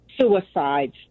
suicides